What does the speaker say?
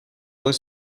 were